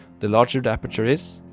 the larger the aperture is,